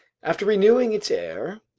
after renewing its air,